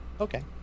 okay